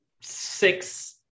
six